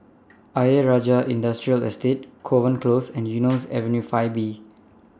Ayer Rajah Industrial Estate Kovan Close and Eunos Avenue five B